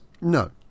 No